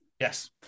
Yes